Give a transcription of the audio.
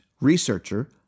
researcher